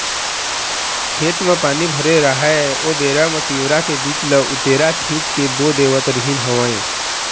खेत म पानी भरे राहय ओ बेरा म तिंवरा के बीज ल उतेरा छिंच के बो देवत रिहिंन हवँय